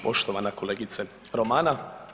Poštovana kolegice Romana.